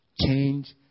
Change